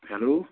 hello